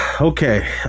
Okay